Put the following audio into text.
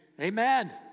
Amen